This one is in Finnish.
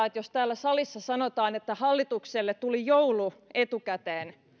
että jos täällä salissa sanotaan että hallitukselle tuli joulu etukäteen